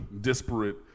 disparate